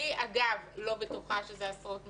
אני, אגב, לא בטוחה שזה עשרות מיליונים.